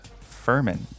Furman